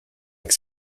avec